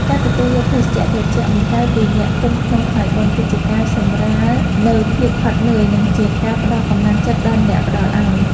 ការទទួលយកភេសជ្ជៈត្រជាក់មួយកែវពីអ្នកភូមិក្នុងថ្ងៃបុណ្យ គឺជាការសម្រាលនូវភាពហត់នឿយ និងជាការផ្តល់កម្លាំងចិត្តដល់អ្នកផ្តល់ឱ្យ។